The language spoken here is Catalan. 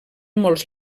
molts